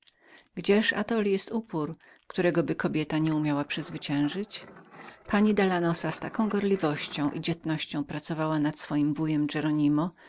gdzież atoli jest upór któregoby kobieta nie umiała przezwyciężyć pani dalanosa z taką gorliwością i dzielnością pracowała nad swoim wujem